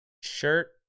Shirt